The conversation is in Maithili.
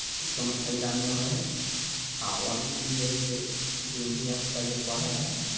से कोनो फाइदा नहि होइ हइ आ ऑनलाइन जे हइ से मतलब धियापुता जे पढ़ै हइ